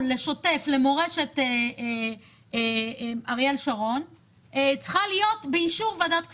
לשוטף בפארק אריאל שרון צריכה להיות באישור ועדת הכספים.